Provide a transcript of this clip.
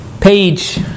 Page